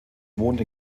wohnt